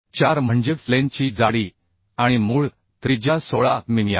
4 म्हणजे फ्लेंजची जाडी आणि मूळ त्रिज्या 16 मिमी आहे